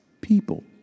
people